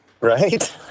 Right